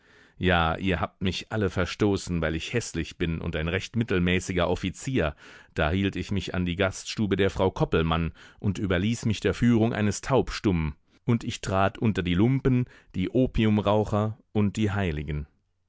ja ihr habt mich alle verstoßen weil ich häßlich bin und ein recht mittelmäßiger offizier da hielt ich mich an die gaststube der frau koppelmann und überließ mich der führung eines taubstummen und ich trat unter die lumpen die opiumraucher und die heiligen